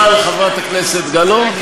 חברת הכנסת גלאון,